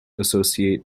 associate